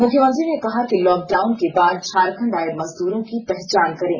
मुख्यमंत्री ने कहा कि लॉक डाउन के बाद झारखण्ड आये मजदूरो की पहचान करें